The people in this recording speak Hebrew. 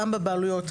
גם בבעלויות,